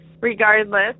regardless